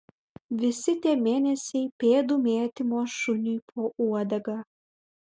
visi tie mėnesiai pėdų mėtymo šuniui po uodega